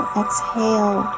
exhale